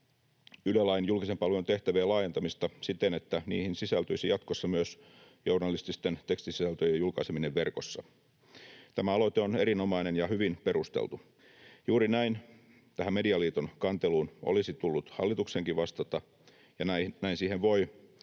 Yle-lain julkisen palvelun tehtävien laajentamista siten, että niihin sisältyisi jatkossa myös journalististen tekstisisältöjen julkaiseminen verkossa. Tämä aloite on erinomainen ja hyvin perusteltu. Juuri näin tähän Medialiiton kanteluun olisi tullut hallituksenkin vastata, ja näin siihen voi